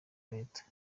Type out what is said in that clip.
leta